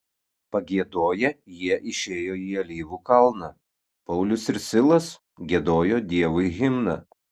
pagiedoję jie išėjo į alyvų kalną paulius ir silas giedojo dievui himną